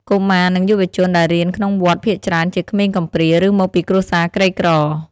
កុមារ និងយុវជនដែលរៀនក្នុងវត្តភាគច្រើនជាក្មេងកំព្រាឬមកពីគ្រួសារក្រីក្រ។